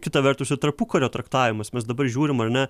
kita vertus ir tarpukario traktavimas mes dabar žiūrim ar ne